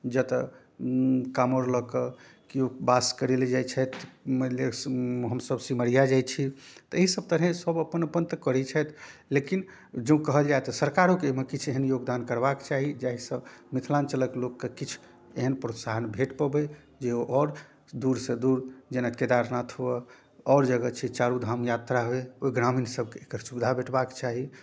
जतऽ कामरु लऽ कऽ केओ वास करैलए जाइ छथि मानि लिअऽ हमसब सिमरिआ जाइ छी तऽ एहिसब तरहेँ सब अपन अपन तऽ करै छथि लेकिन जँ कहल जाए तऽ सरकारोके एहिमे किछु एहन योगदान करबाके चाही जाहिसँ मिथिलाञ्चलके लोकके किछु एहन प्रोत्साहन भेटि पबै जे ओ आओर दूरसँ दूर जेना केदारनाथ हुअए आओर जगह छै चारूधाम यात्रा होइ ओहि ग्रामीणसबके एकर सुविधा भेटबाके चाही